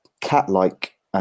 cat-like